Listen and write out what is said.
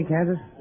Kansas